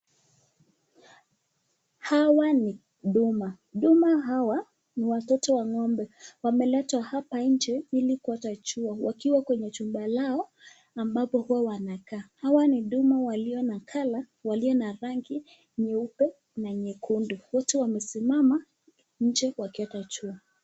Hawa ni duma. Duma hawa ni watoto wa ng'ombe. Wameletwa hapa nje ili waote jua wakiwa kwenye chumba lao ambapo huwa wanakaa. Hawa ni duma walio na color walio na rangi nyeupe na nyekundu. Wote wamesimama nje wakiota jua.